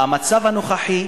במצב הנוכחי,